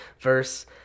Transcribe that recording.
verse